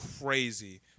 Crazy